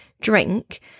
drink